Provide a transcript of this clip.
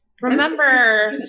Remember